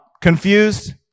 confused